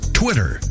twitter